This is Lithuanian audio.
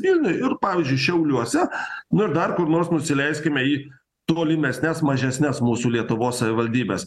vilniuj ir pavyzdžiui šiauliuose nu dar kur nors nusileiskime į tolimesnes mažesnes mūsų lietuvos savivaldybes